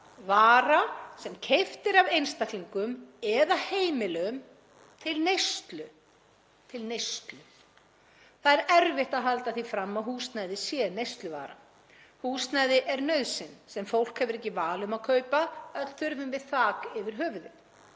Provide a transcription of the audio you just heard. Vara sem keypt er af einstaklingum eða heimilum til neyslu. Það er erfitt að halda því fram að húsnæði sé neysluvara. Húsnæði er nauðsyn sem fólk hefur ekki val um að kaupa. Öll þurfum við þak yfir höfuðið.